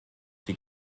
die